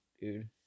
dude